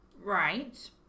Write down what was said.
Right